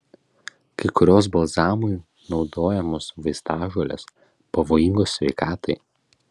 kai kurios balzamui naudojamos vaistažolės pavojingos sveikatai